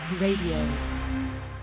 Radio